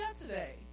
today